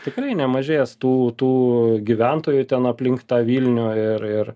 tikrai nemažės tų tų gyventojų ten aplink tą vilnių ir ir